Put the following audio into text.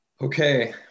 Okay